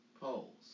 polls